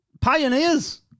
Pioneers